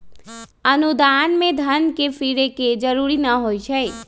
अनुदान में धन के फिरे के जरूरी न होइ छइ